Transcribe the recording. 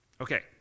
Okay